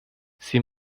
sie